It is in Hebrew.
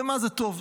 באמת, למה זה טוב?